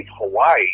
Hawaii